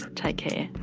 take care